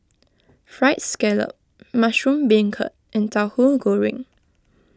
Fried Scallop Mushroom Beancurd and Tauhu Goreng